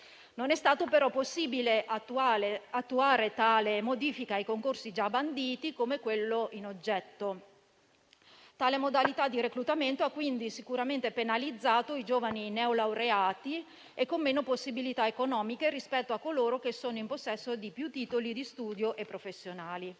Non è stato però possibile attuare tale modifica ai concorsi già banditi, come quello in oggetto. Tale modalità di reclutamento ha quindi sicuramente penalizzato i giovani neolaureati e con meno possibilità economiche rispetto a coloro che sono in possesso di più titoli di studio e professionali.